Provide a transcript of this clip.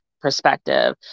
perspective